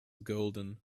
golden